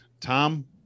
Tom